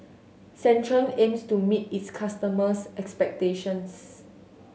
Centrum aims to meet its customers' expectations